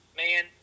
man